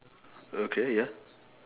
okay ya